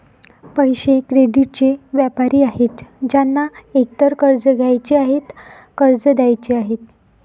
पैसे, क्रेडिटचे व्यापारी आहेत ज्यांना एकतर कर्ज घ्यायचे आहे, कर्ज द्यायचे आहे